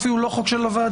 זה אפילו לא חוק של הוועדה,